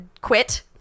quit